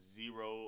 zero